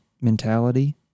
mentality